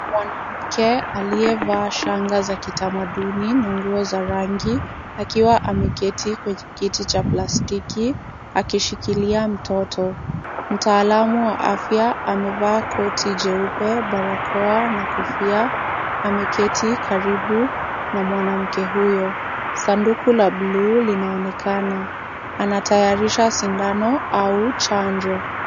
Mwanamke aliyevaa shanga za kitamaduni na nguo za rangi akiwa ameketi kwenye kiti cha plastiki akishikilia mtoto. Mtaalamu wa afya amevaa koti jeupe, barakoa na kofia. Ameketi karibu na mwanamke huyo. Sanduku la bluu linaonekana. Anatayarisha sindano au chanjo.